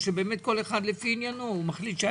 או שכל אחד מחליט כל